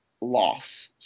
loss